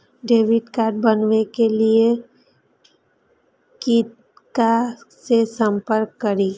Debit card बनावे के लिए किनका से संपर्क करी?